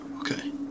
Okay